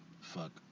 fuck